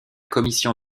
commission